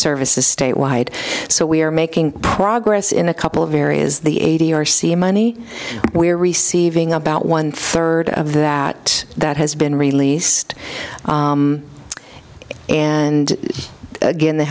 services statewide so we are making progress in a couple of areas the a t r sihamoni we are receiving about one third of that that has been released and again the